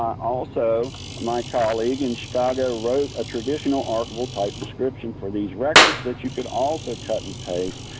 also my colleague, and steiger, wrote a traditional archival type description for these records that you can also cut and paste.